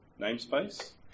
namespace